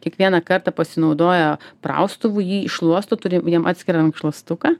kiekvieną kartą pasinaudoja praustuvu jį iššluosto turi jiem atskirą rankšluostuką